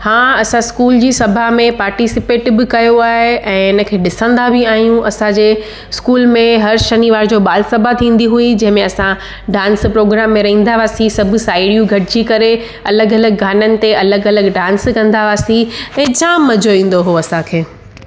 हां असां स्कूल जी सभा में पाटिसिपेट बि कयो आहे ऐं इन खे ॾिसंदा बि आहियूं असांजे स्कूल में हर शनिवार जो बाल सभा थींदी हुई जंहिंमें असां डांस प्रोग्राम में रहिंदा हुआसीं सभु साहेड़ियूं गॾिजी करे अलॻि अलॻि गाननि ते अलॻि अलॻि डांस कंदा हुआसीं ऐं जाम मज़ो ईंदो हो असांखे